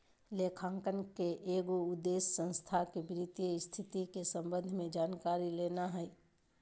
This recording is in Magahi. लेखांकन के एगो उद्देश्य संस्था के वित्तीय स्थिति के संबंध में जानकारी लेना हइ